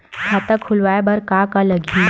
खाता खुलवाय बर का का लगही?